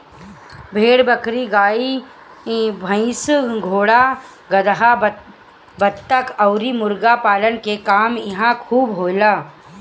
भेड़ बकरी, गाई भइस, घोड़ा गदहा, बतख अउरी मुर्गी पालन के काम इहां खूब होला